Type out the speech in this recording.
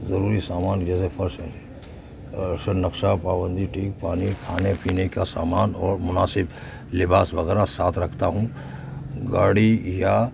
ضروری سامان جیسے فرش نقشہ پابندی ٹھیک پانی کھانے پینے کا سامان اور مناسب لباس وغیرہ ساتھ رکھتا ہوں گاڑی یا